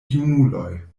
junuloj